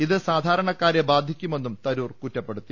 ഇത് സാധാരണക്കാരെ ബാധിക്കുമെന്നും തരൂർ കുറ്റപ്പെടുത്തി